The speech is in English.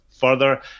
further